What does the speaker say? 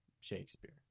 Shakespeare